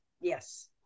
Yes